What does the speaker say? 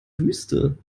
wüste